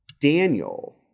Daniel